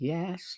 Yes